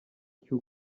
cyo